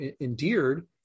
endeared